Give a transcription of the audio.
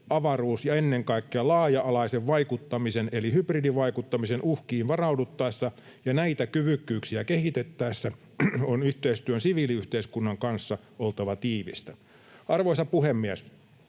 avaruus- ja ennen kaikkea laaja-alaisen vaikuttamisen eli hybridivaikuttamisen uhkiin varauduttaessa ja näitä kyvykkyyksiä kehitettäessä on yhteistyön siviiliyhteiskunnan kanssa oltava tiivistä. Arvoisa puhemies!